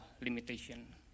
limitation